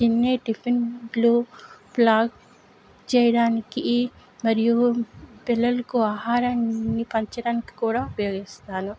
తిన్నే టిఫిన్లు బ్లాక్ చేయడానికి మరియు పిల్లలకు ఆహారాన్ని పంచడానికి కూడా ఉపయోగిస్తాను